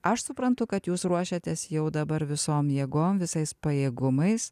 aš suprantu kad jūs ruošiatės jau dabar visom jėgom visais pajėgumais